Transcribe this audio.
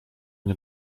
nie